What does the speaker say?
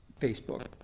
Facebook